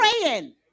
praying